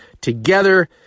together